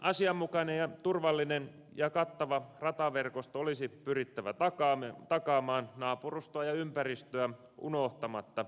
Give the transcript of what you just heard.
asianmukainen ja turvallinen ja kattava rataverkosto olisi pyrittävä takaamaan naapurustoa ja ympäristöä unohtamatta